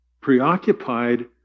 preoccupied